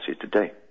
today